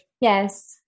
Yes